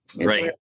Right